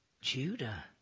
Judah